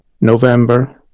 November